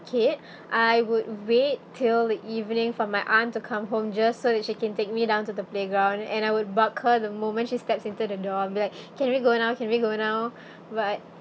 kid I would wait till the evening for my aunt to come home just so that she can take me down to the playground and I would buckle the moment she steps into the door I'm like can we go now can we go now but